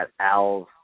Al's